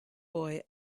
boy